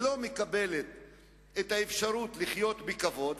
ולא מקבלת את האפשרות לחיות בכבוד,